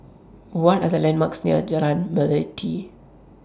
What Are The landmarks near Jalan Melati